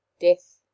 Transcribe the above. Death